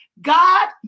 God